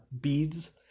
beads